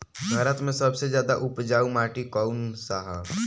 भारत मे सबसे ज्यादा उपजाऊ माटी कउन सा ह?